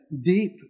deep